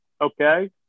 Okay